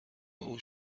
اون